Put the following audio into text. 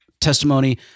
testimony